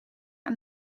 aan